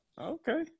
Okay